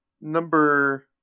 number